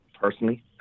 personally